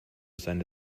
seine